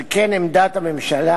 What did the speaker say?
על כן עמדת הממשלה,